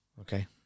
Okay